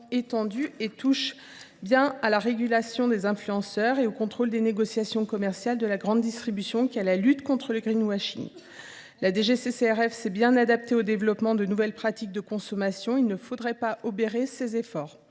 concernent aussi bien la régulation des influenceurs et le contrôle des négociations commerciales de la grande distribution que la lutte contre le. La DGCCRF s’est bien adaptée au développement de nouvelles pratiques de consommation. Il ne faudrait pas obérer ses efforts.